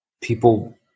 people